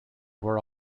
were